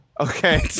Okay